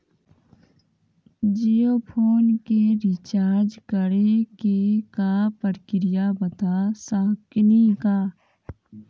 Jio phone के recharge करे के का प्रक्रिया बता साकिनी का?